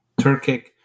Turkic